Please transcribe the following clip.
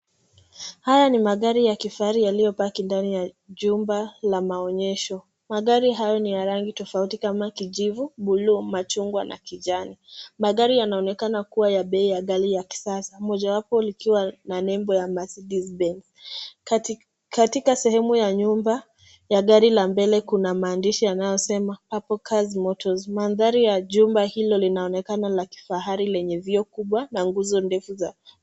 Haya ni magari ya kifahari yaliyopaki ndani ya jumba la maonyesho. Magari hayo ni rangi tofauti kama kijivu, buluu, machungwa na kijani. Magari yanaonekana kuwa ya bei ya ghali ya kisasa, mojawapo likiwa na nembo ya Mercedes Benz. Katika sehemu ya nyumba ya gari la mbele kuna maandishi yanayosema Purple Cars Motors. Mandhari ya jumba hilo linaonekana la kifahari lenye vioo kubwa na nguzo ndefu za.